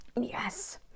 Yes